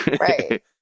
right